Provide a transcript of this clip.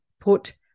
put